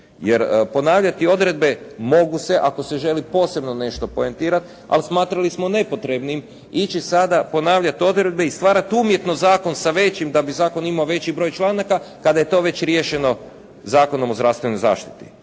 Jer ponavljati odredbe mogu se ako se želi posebno nešto poentirati ali smatrali smo nepotrebnim ići sada ponavljati odredbe i stvarati umjetno zakon sa većim, da bi zakon imao veći broj članaka kada je to već riješeno Zakonom o zdravstvenoj zaštiti.